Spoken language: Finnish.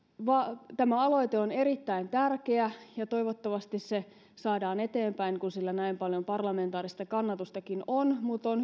tämä aloite on erittäin tärkeä ja toivottavasti se saadaan eteenpäin kun sillä näin paljon parlamentaarista kannatustakin on mutta on